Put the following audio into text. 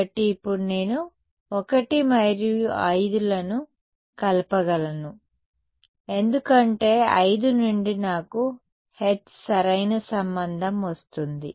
కాబట్టి ఇప్పుడు నేను 1 మరియు 5 లను కలపగలను ఎందుకంటే 5 నుండి నాకు H సరైన సంబంధం వస్తుంది